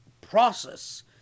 process